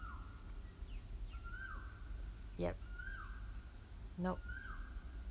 yup nope